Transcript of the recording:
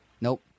Nope